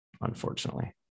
unfortunately